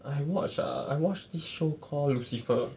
I watch ah I watched this show call lucifer